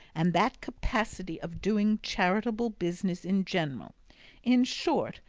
and that capacity of doing charitable business in general in short,